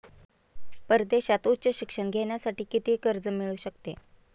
परदेशात उच्च शिक्षण घेण्यासाठी किती कर्ज मिळू शकते?